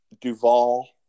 Duvall